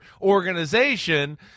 organization